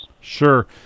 Sure